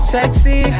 Sexy